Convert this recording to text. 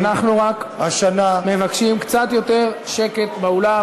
אנחנו רק מבקשים קצת יותר שקט באולם.